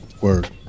word